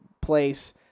place